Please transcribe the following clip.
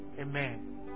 Amen